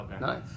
Nice